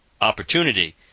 opportunity